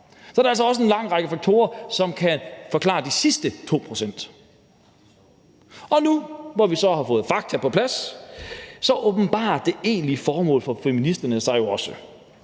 Så der er altså også en lang række faktorer, som kan forklare de sidste 2 pct. Og nu, hvor vi så har fået fakta på plads, så åbenbarer det egentlige formål for feministerne sig jo også.